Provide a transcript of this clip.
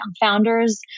founders